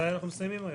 מתי מסיימים היום?